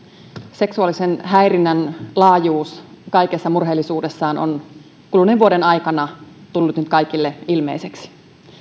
seksuaalisen häirinnän laajuus kaikessa murheellisuudessaan on kuluneen vuoden aikana tullut nyt kaikille ilmeiseksi